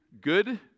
good